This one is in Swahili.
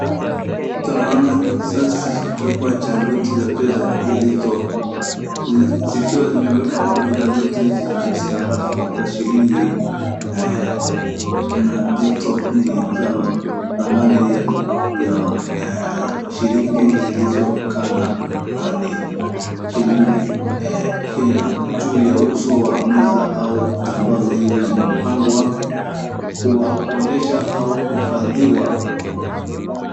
Tunaona kisasi kikubwa cha noti za pesa zikiwa zimewekwa pamoja, noti hizi ni za sarafu za shilingi na ni za thamani ya shilingi zilizokaa na ni shilingi Kenya juu ya uso wa meza au vitambaa ambazo zimepangwa kuonyeshwa au kuhifadhiwa.